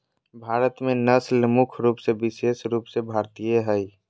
भारत में नस्ल मुख्य रूप से विशेष रूप से भारतीय हइ